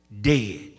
dead